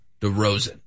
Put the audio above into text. DeRozan